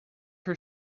her